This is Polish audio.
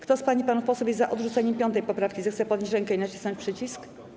Kto z pań i panów posłów jest za odrzuceniem 5. poprawki, zechce podnieść rękę i nacisnąć przycisk.